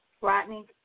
Rodney